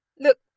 Look